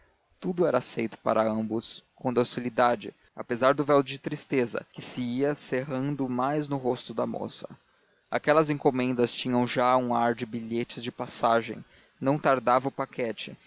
tudo era aceito por ambos com docilidade apesar do véu de tristeza que se ia cerrando mais no rosto da moça aquelas encomendas tinham já um ar de bilhetes de passagem não tardava o paquete